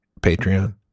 Patreon